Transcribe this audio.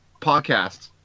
podcast